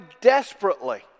desperately